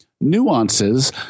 nuances